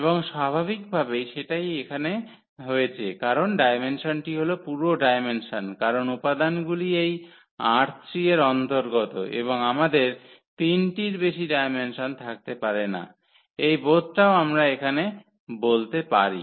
এবং স্বাভাবিকভাবেই সেটাই এখানে হয়েছে কারণ ডায়মেনসনটি হল পুরো ডায়মেনশন কারণ উপাদানগুলি এই 𝑅3 এর অন্তর্গত এবং আমাদের 3 টির বেশি ডায়মেনশন থাকতে পারে না এই বোধটাও আমরা এখানে বলতে পারি